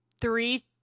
three